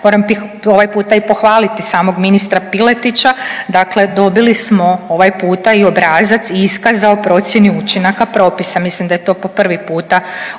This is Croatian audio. Moram ovaj puta i pohvaliti samog ministra Piletića, dakle dobili smo ovaj puta i obrazac iskaza o procjeni učinaka propisa, mislim da je to po prvi puta od kada